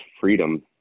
freedom